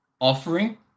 offering